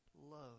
love